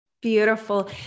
Beautiful